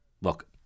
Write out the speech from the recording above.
Look